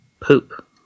Poop